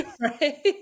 Right